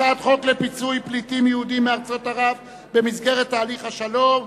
הצעת חוק לפיצוי פליטים יהודים מארצות ערב במסגרת תהליך השלום,